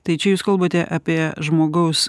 tai čia jūs kalbate apie žmogaus